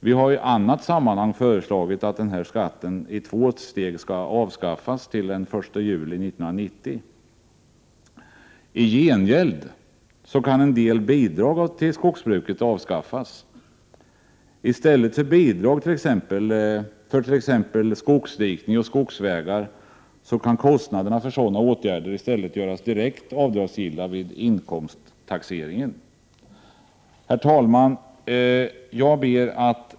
Vi har i annat sammanhang föreslagit att denna skatt i två steg skall avskaffas till den 1 juli 1990. I gengäld kan en del bidrag till skogsbruket avskaffas. I stället för bidrag till t.ex. skogsdikning och skogsvägar kan kostnader för sådana åtgärder göras direkt avdragsgilla vid inkomsttaxeringen. Herr talman!